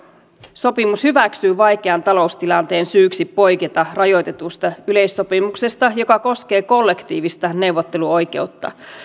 sopimus hyväksyy vaikean taloustilanteen syyksi poiketa rajoitetusti yleissopimuksesta joka koskee kollektiivista neuvotteluoikeutta